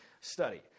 study